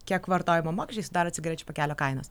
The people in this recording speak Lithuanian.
kiek vartojimo mokesčiai sudaro cigarečių pakelio kainos